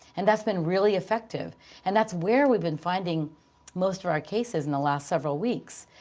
and that's been really effective and that's where we've been finding most of our cases in the last several weeks.